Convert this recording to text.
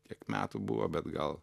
kiek metų buvo bet gal